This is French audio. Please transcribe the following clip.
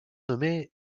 nommé